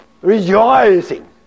rejoicing